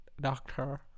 doctor